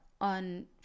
on